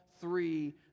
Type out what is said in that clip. three